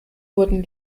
wurden